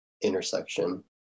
intersection